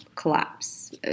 Collapse